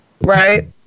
Right